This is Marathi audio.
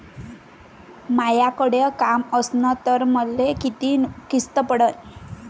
मायाकडे काम असन तर मले किती किस्त पडन?